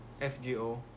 FGO